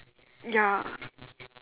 ya